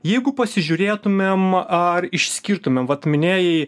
jeigu pasižiūrėtumėm ar išskirtumėm vat minėjai